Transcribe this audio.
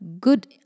good